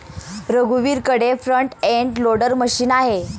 रघुवीरकडे front end loader machine आहे